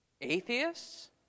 atheists